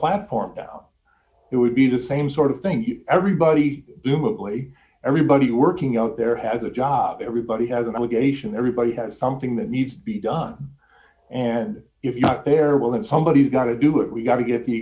platform now it would be the same sort of thing everybody who mostly everybody working out there has a job everybody has an obligation everybody has something that needs to be done and if you're out there well that's somebody's got to do it we've got to get the